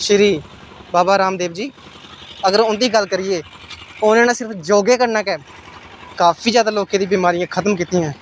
श्री बाबा रामदेव जी अगर उं'दी गल्ल करिये उ'नें ते सिर्फ योगे कन्नै गै काफी ज्यादा लोकें दी बमारियां खतम कीतियां ऐ